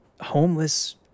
homeless